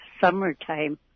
summertime